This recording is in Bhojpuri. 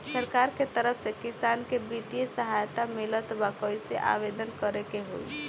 सरकार के तरफ से किसान के बितिय सहायता मिलत बा कइसे आवेदन करे के होई?